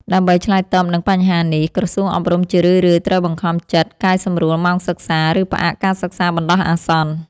ដើម្បីឆ្លើយតបនឹងបញ្ហានេះ ក្រសួងអប់រំជារឿយៗត្រូវបង្ខំចិត្តកែសម្រួលម៉ោងសិក្សា ឬផ្អាកការសិក្សាបណ្តោះអាសន្ន។